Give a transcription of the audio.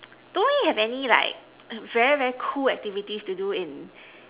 don't really have any like very very cool activities to do in